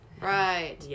Right